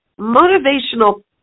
motivational